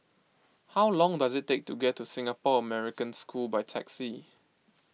how long does it take to get to Singapore American School by taxi